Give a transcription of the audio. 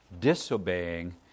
disobeying